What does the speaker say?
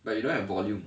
but you don't have volume